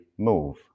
move